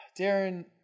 Darren